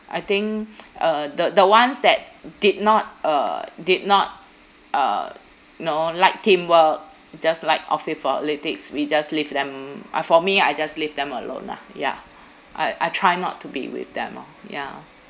I think uh the the ones that did not uh did not uh you know like teamwork just like office politics we just leave them uh for me I just leave them alone lah ya I I try not to be with them lor ya